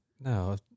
No